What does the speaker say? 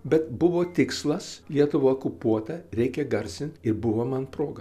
bet buvo tikslas lietuva okupuota reikia garsint ir buvo man proga